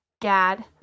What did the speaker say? Gad